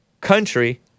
country